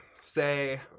say